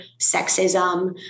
sexism